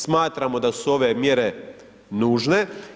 Smatramo da su ove mjere nužne.